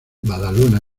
badalona